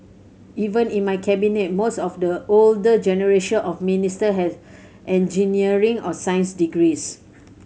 even in my Cabinet most of the older generation of minister had engineering or science degrees